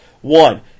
One